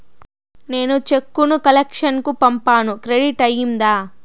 నేను చెక్కు ను కలెక్షన్ కు పంపాను క్రెడిట్ అయ్యిందా